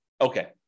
okay